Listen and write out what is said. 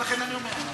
לכן אני אומר.